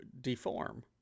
deform